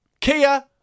Kia